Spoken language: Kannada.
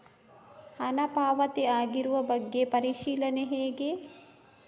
ಹಣ ಪಾವತಿ ಆಗಿರುವ ಬಗ್ಗೆ ಪರಿಶೀಲನೆ ಹೇಗೆ?